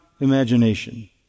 imagination